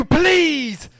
please